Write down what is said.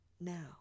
now